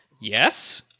Yes